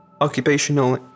occupational